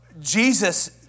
Jesus